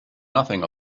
nothing